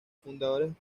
fundadores